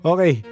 Okay